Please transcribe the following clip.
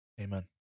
Amen